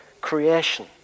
creation